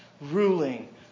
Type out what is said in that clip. ruling